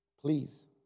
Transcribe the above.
Please